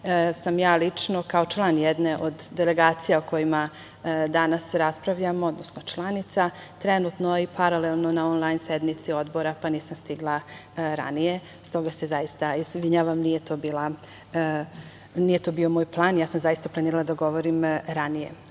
sam ja lično kao član jedne od delegacija, o kojima danas raspravljamo, odnosno članica, trenutno i paralelno na onlajn sednici odbora pa nisam stigla ranije. S toga se zaista izvinjavam. Nije to bio moj plan. Zaista sam planirala da govorim ranije. Kao